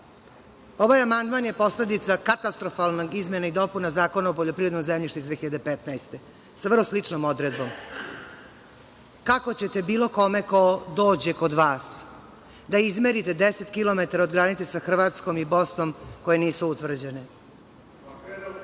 Ovaj amandman je posledica katastrofalne izmene i dopune Zakona o poljoprivrednom zemljištu iz 2015. godine, sa vrlo sličnom odredbom. Kako ćete bilo kome ko dođe kod vas da izmerite 10 kilometara od granice sa Hrvatskom i Bosnom koje nisu utvrđene? Jel